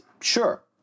sure